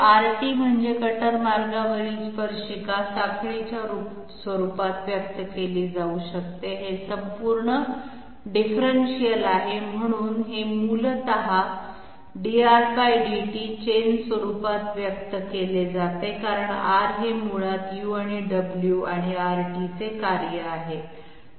Rt म्हणजे कटर मार्गावरील स्पर्शिका साखळीच्या स्वरूपात व्यक्त केली जाऊ शकते हे संपूर्ण डिफरेन्शियल आहे म्हणून हे मूलतः drdt चेन स्वरूपात व्यक्त केले जाते कारण R हे मुळात u आणि w आणि Rt चे कार्य आहे